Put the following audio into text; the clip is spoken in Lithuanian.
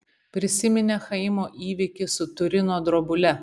prisiminė chaimo įvykį su turino drobule